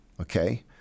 okay